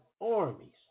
armies